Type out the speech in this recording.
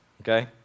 Okay